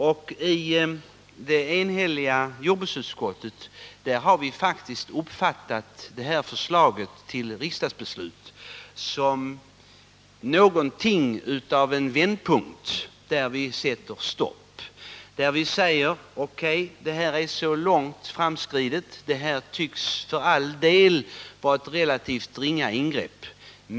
Och i det enhälliga jordbruksutskottet har vi faktiskt uppfattat förslaget till riksdagsbeslut som någonting av en vändpunkt, där vi sätter stopp. Vi säger: O. K., det här är så långt framskridet, det här tycks ändå vara ett relativt ringa ingrepp.